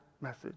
message